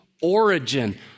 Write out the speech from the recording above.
origin